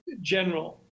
general